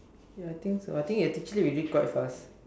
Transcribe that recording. ya I think so I think actually we did quite fast